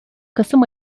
kasım